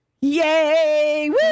Yay